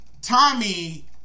Tommy